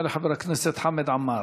חבר הכנסת חמד עמאר.